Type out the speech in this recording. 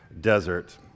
desert